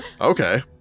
Okay